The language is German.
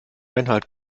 einhalt